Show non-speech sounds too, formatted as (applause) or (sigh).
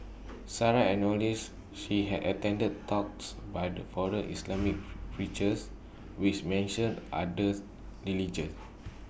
Sarah (unintelligible) she had attended talks by foreign Islamic (noise) preachers which mentioned others religions